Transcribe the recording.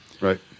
right